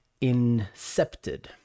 incepted